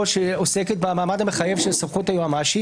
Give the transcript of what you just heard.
שעוסקת במעמד המחייב של סמכות היועמ"שים